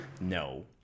No